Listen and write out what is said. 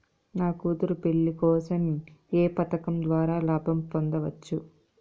నా కూతురు పెళ్లి కోసం ఏ పథకం ద్వారా లాభం పొందవచ్చు?